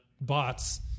bots